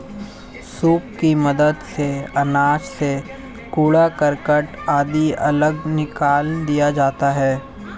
soup की मदद से अनाज से कूड़ा करकट आदि अलग निकाल दिया जाता है